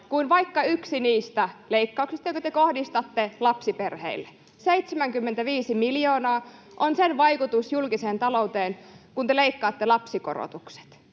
kuin vaikka yksi niistä leikkauksista, joita te kohdistatte lapsiperheille. 75 miljoonaa on sen vaikutus julkiseen talouteen, kun te leikkaatte lapsikorotukset.